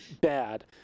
bad